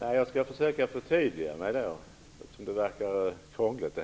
Herr talman! Jag skall försöka förtydliga vad jag sade, eftersom det verkade krångligt.